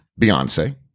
Beyonce